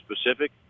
specific